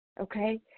okay